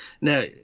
Now